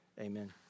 amen